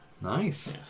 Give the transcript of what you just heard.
Nice